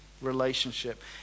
relationship